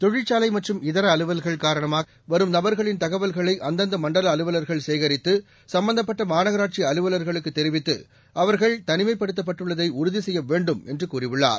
தொழிற்சாலை மற்றும் இதர அலுவல்கள் காரணமாக வரும் நபர்களின் தகவல்களை அந்தந்த மண்டல அலுவலர்கள் சேகரித்து சம்பந்தப்பட்ட மாநகராட்சி அலுவலர்களுக்கு தெரிவித்து அவர்கள் தனிமைப்படுத்தப்பட்டுள்ளதை உறுதி செய்ய வேண்டும் என்று கூறியுள்ளார்